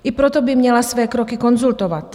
I proto by měla své kroky konzultovat.